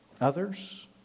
others